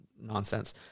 nonsense